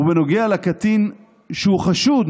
ובנוגע לקטין שהוא חשוד,